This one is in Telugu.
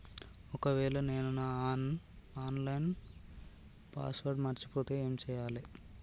ఒకవేళ నేను నా ఆన్ లైన్ పాస్వర్డ్ మర్చిపోతే ఏం చేయాలే?